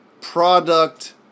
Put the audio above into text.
product